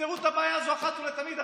תפתרו את הבעיה הזאת אחת ולתמיד.